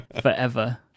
forever